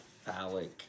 phallic